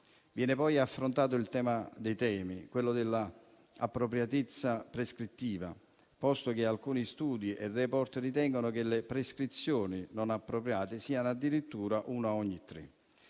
Viene poi affrontato il tema dei temi, quello della appropriatezza prescrittiva, posto che alcuni studi e *report* ritengono che le prescrizioni non appropriate siano addirittura una ogni tre.